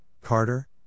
Carter